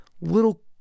little